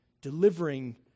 delivering